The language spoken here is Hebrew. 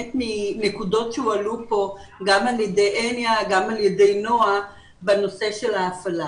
מנקודות שהועלו פה גם על ידי הניה וגם על ידי נעה בנושא של ההפעלה.